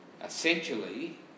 essentially